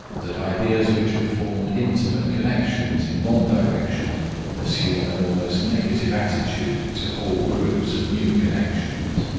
that ideas which have formed intimate connections in one direction assume an almost negative attitude to whole groups of new connections.